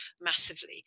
massively